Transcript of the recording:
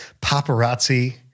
paparazzi